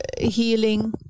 healing